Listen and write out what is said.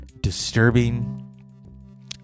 disturbing